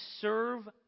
serve